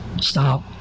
stop